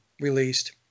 released